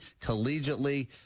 collegiately